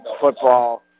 football